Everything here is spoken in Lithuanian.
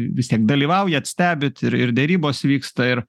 vis tiek dalyvaujat stebit ir ir derybos vyksta ir